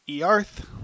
Earth